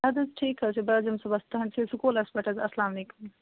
اَدٕ حظ ٹھیٖک حظ چھُ بہٕ حظ یِمہٕ صُبَحس تُہٕنٛدسٕے سکوٗلَس پٮ۪ٹھ حظ اَسلام علیکُم